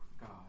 God